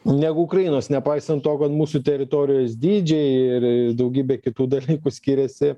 negu ukrainos nepaisant to kad mūsų teritorijos dydžiai ir daugybė kitų dalykų skiriasi